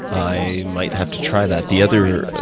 i might have to try that. the other